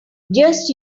just